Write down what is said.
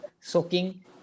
soaking